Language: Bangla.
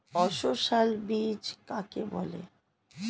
অসস্যল বীজ কাকে বলে?